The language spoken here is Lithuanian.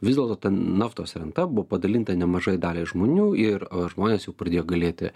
vis dėlto ten naftos renta buvo padalinta nemažai daliai žmonių ir žmonės jau pradėjo galėti